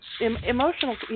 Emotional